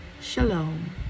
Shalom